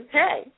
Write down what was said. hey